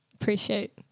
appreciate